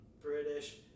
British